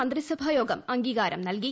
മന്ത്രിസഭായോഗം അംഗീകാരം നൽകി